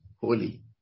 holy